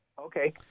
Okay